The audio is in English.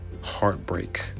Heartbreak